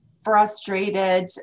Frustrated